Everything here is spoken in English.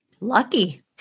Lucky